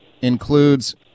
includes